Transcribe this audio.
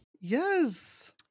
Yes